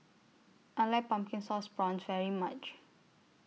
I like Pumpkin Sauce Prawns very much